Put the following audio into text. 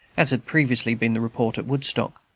as had previously been the report at woodstock.